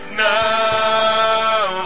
now